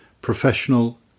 professional